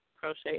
crochet